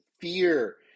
fear